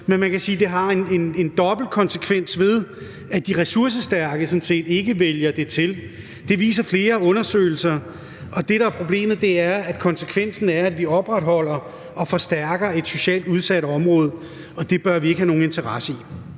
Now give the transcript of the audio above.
fra boligområderne; det har en dobbelt konsekvens, ved at ressourcestærke borgere sådan set ikke vælger dem til. Det viser flere undersøgelser. Og problemet er, at det har den konsekvens, at vi opretholder og forstærker et socialt udsat område, og det bør vi ikke have nogen interesse i.